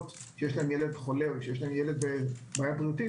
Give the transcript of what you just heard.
כי יש להם ילד חולה או עם בעיה בריאותית,